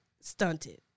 stunted